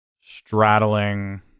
straddling